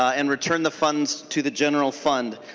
ah and return the funds to the general fund.